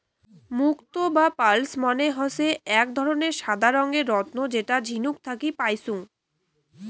মুক্তো বা পার্লস মানে হসে আক ধরণের সাদা রঙের রত্ন যেটা ঝিনুক থাকি পাইচুঙ